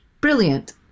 Brilliant